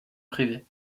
privée